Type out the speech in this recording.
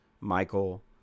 Michael